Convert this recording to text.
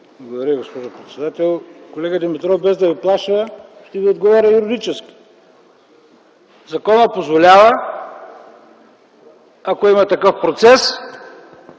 Благодаря Ви, госпожо председател. Колега Димитров, без да Ви плаша ще ви отговоря юридически. Законът позволява, ако има такъв процес